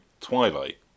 Twilight